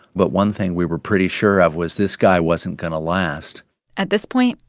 but one thing we were pretty sure of was this guy wasn't going to last at this point,